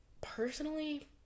personally